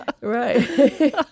right